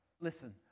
Listen